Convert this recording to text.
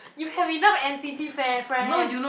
you have enough n_c_t fan friend